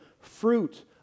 fruit